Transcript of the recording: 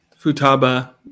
Futaba